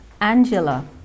Angela